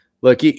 look